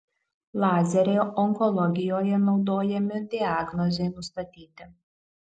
lazeriai onkologijoje naudojami diagnozei nustatyti